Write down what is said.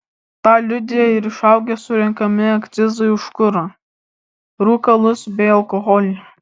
tą liudija ir išaugę surenkami akcizai už kurą rūkalus bei alkoholį